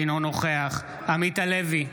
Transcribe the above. אינו נוכח עמית הלוי,